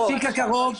המסיק הקרוב,